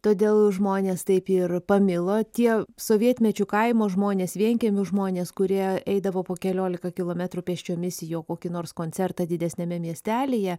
todėl žmonės taip ir pamilo tie sovietmečiu kaimo žmonės vienkiemių žmonės kurie eidavo po keliolika kilometrų pėsčiomis į jo kokį nors koncertą didesniame miestelyje